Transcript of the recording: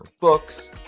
books